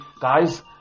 guys